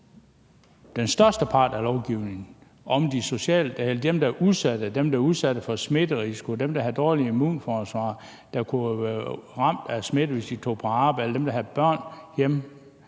ikke størsteparten af lovgivningen, nemlig om dem, der er udsatte; dem, der er udsat for smitterisiko; dem, der har dårligt immunforsvar, og som kunne blive ramt af smitte, hvis de tog på arbejde, eller dem, der havde børn hjemme,